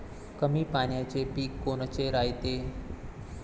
कमी पाण्याचे पीक कोनचे रायते?